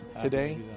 today